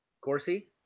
Corsi